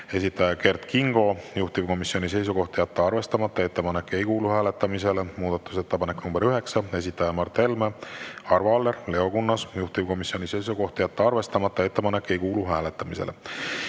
esitaja Kert Kingo. Juhtivkomisjoni seisukoht on jätta arvestamata. Ettepanek ei kuulu hääletamisele. Muudatusettepanek nr 9, esitajad Mart Helme, Arvo Aller, Leo Kunnas. Juhtivkomisjoni seisukoht on jätta arvestamata ja ettepanek ei kuulu hääletamisele.